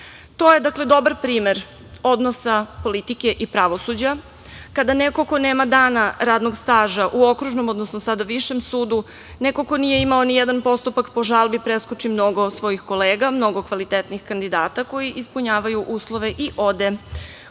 to je dobar primer odnosa politike i pravosuđa kada neko ko nema dana radnog staža u okružnom, odnosno sada Višem sudu, neko ko nije imao nijedan postupak po žalbi, preskoči mnogo svojih kolega, mnogo kvalitetnih kandidata koji ispunjavaju uslove i ode da